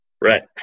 Right